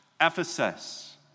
Ephesus